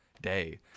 day